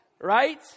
Right